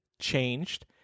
changed